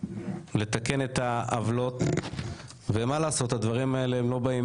לתקן את העוולות, אבל מה לעשות שהדברים לא באים